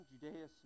Judea